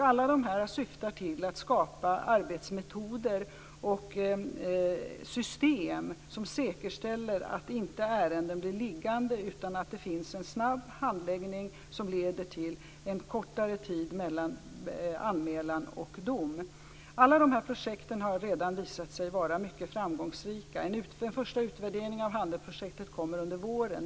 Alla dessa syftar till att skapa arbetsmetoder och system som säkerställer att ärenden inte blir liggande utan att det sker en snabb handläggning som leder till kortare tid mellan anmälan och dom. Alla de här projekten har redan visat sig vara mycket framgångsrika. En första utvärdering av Handenprojektet kommer under våren.